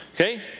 Okay